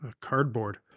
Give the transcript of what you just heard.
Cardboard